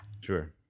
Sure